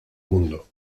mundo